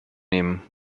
nehmen